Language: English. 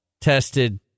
tested